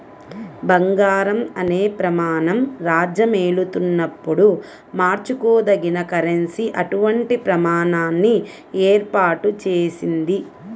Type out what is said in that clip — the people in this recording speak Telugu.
బంగారం అనే ప్రమాణం రాజ్యమేలుతున్నప్పుడు మార్చుకోదగిన కరెన్సీ అటువంటి ప్రమాణాన్ని ఏర్పాటు చేసింది